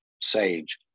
sage